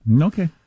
Okay